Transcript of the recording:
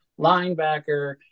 linebacker